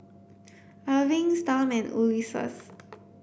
Erving Storm and Ulises